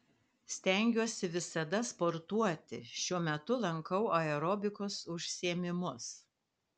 stengiuosi visada sportuoti šiuo metu lankau aerobikos užsiėmimus